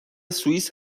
سوئیس